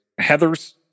Heathers